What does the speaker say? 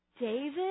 David